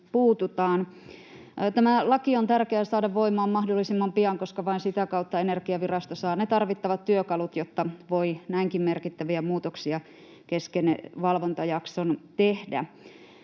Tämä laki on tärkeää saada voimaan mahdollisimman pian, koska vain sitä kautta Energiavirasto saa ne tarvittavat työkalut, jotta voi näinkin merkittäviä muutoksia kesken valvontajakson tehdä.